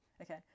Okay